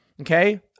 Okay